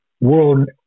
world